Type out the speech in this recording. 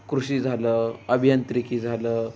कृषी झालं अभियंत्रिकी झालं